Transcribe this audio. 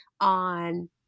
on